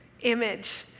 image